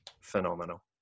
phenomenal